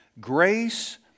Grace